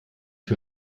für